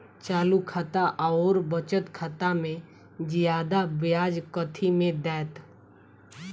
चालू खाता आओर बचत खातामे जियादा ब्याज कथी मे दैत?